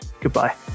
goodbye